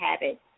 habit